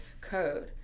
code